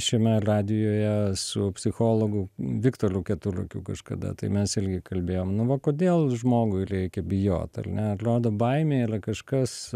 šiame radijuje su psichologu viktoru keturakiu kažkada tai mes irgi kalbėjom nu va kodėl žmogui leikia bijot ar ne atliodo baimė ylia kažkas